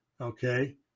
Okay